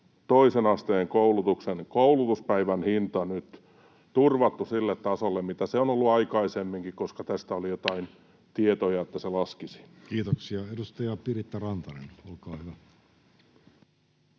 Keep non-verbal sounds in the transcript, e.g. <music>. toisen asteen koulutuksen koulutuspäivän hinta nyt turvattu sille tasolle, mitä se on ollut aikaisemminkin, koska tästä oli jotain <noise> tietoja, että se laskisi. Kiitoksia. — Edustaja Piritta Rantanen, olkaa hyvä.